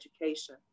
education